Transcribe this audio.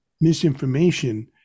misinformation